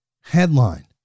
headline